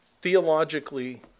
theologically